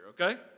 okay